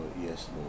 Yes